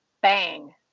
bang